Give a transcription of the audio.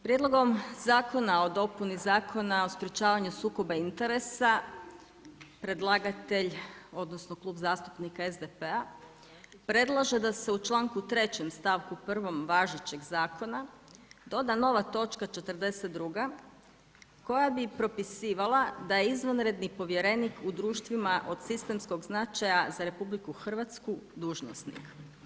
Prijedlogom zakona o dopuni Zakona o sprječavanju sukoba interesa predlagatelj, odnosno Klub zastupnika SDP-a predlaže da se u članku 3. stavku 1. važećeg zakona doda nova točka 42. koja bi propisivala da izvanredni povjerenik u društvima od sistemskog značaja za RH dužnosnik.